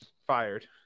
Fired